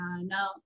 no